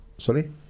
Sorry